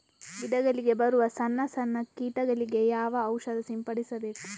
ಗಿಡಗಳಿಗೆ ಬರುವ ಸಣ್ಣ ಸಣ್ಣ ಕೀಟಗಳಿಗೆ ಯಾವ ಔಷಧ ಸಿಂಪಡಿಸಬೇಕು?